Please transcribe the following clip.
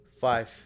five